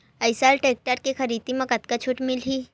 Eicher tractor के खरीदी म कतका छूट मिलही?